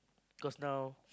cause now